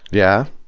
yeah?